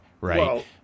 right